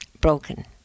broken